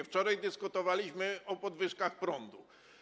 Wczoraj dyskutowaliśmy o podwyżkach cen prądu.